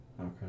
Okay